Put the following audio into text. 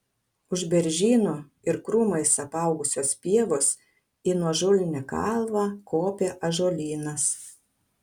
už beržyno ir krūmais apaugusios pievos į nuožulnią kalvą kopė ąžuolynas